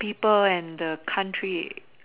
people and the country